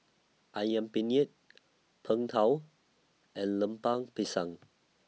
Ayam Penyet Png Tao and Lemper Pisang